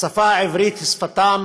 השפה העברית היא שפתם